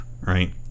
right